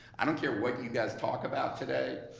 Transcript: i don't care what you guys talk about today,